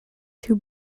too